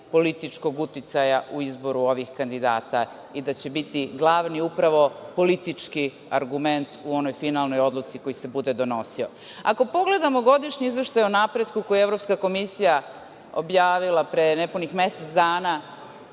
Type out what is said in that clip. političkog uticaja u izboru ovih kandidata i da će biti glavni upravo politički argument u onoj finalnoj odluci koja se bude donosila. Ako pogledamo godišnji izveštaj o napretku koji je Evropska komisija objavila pre nepunih mesec dana,